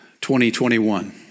2021